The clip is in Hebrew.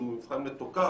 שהוא מבחן מתוקף,